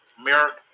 America